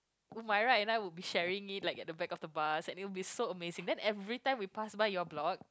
Umirah and I would be sharing it like at the back of the bus and it would be so amazing then every time we pass by your block